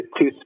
two